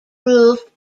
proved